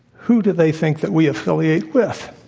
who do they think that we affiliate with?